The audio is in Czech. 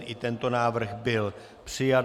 I tento návrh byl přijat.